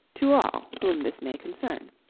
to all whom this may concern